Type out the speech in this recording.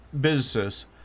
businesses